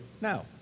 now